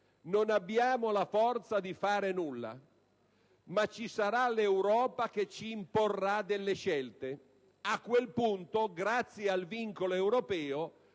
non abbiamo la forza di fare nulla, ma ci sarà l'Europa che ci imporrà delle scelte. A quel punto, grazie al vincolo europeo